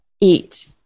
eat